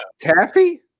Taffy